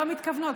לא מתכוונות,